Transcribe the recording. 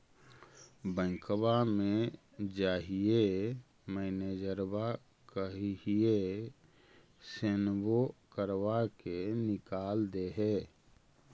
बैंकवा मे जाहिऐ मैनेजरवा कहहिऐ सैनवो करवा के निकाल देहै?